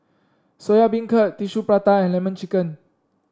Soya Beancurd Tissue Prata and lemon chicken